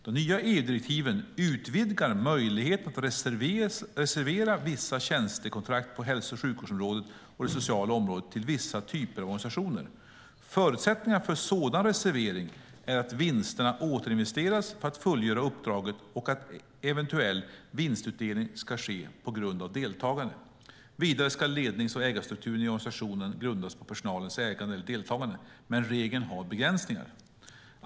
De nya EU-direktiven utvidgar möjligheten att reservera vissa tjänstekontrakt på hälso och sjukvårdsområdet och det sociala området till vissa typer av organisationer. Förutsättningarna för sådan reservering är att vinsterna återinvesteras för att fullgöra uppdraget och att eventuell vinstutdelning ska ske på grund av deltagande. Vidare ska lednings och ägarstrukturen i organisationen grundas på personalens ägande eller deltagande. Men regeln har begränsningar.